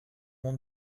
mon